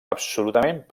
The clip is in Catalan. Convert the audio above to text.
absolutament